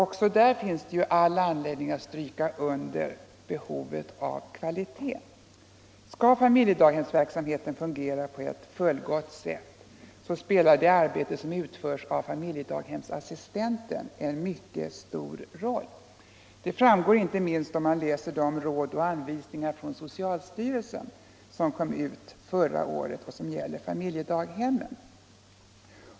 Också där finns det all anledning att understryka behovet av kvalitet. Skall familjedaghemsverksamheten fungera på ett fullgott sätt spelar det arbete som utförs av familjedaghemsassistenten en mycket stor roll. Detta framgår inte minst av de Råd och anvisningar från socialstyrelsen som kom ut förra året och som gäller familjedaghemmen.